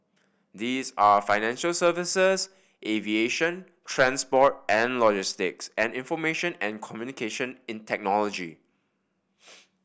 these are financial services aviation transport and logistics and information and communication in technology